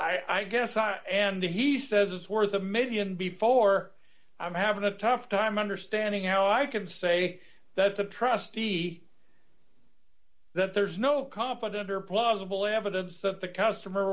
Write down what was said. i guess i and he says it's worth a one million before i'm having a tough time understanding how i could say that the trustee that there's no competent or plausible evidence that the customer